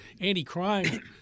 anti-crime